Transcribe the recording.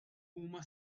huma